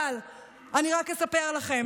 אבל אני רק אספר לכם.